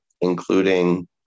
including